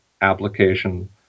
application